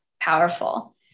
powerful